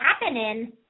happening